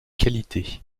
qualité